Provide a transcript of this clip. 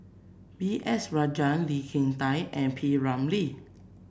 B S Rajhans Lee Kin Tat and P Ramlee